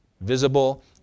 Visible